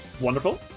Wonderful